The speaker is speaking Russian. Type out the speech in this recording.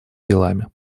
делами